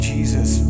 Jesus